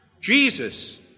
Jesus